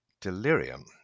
delirium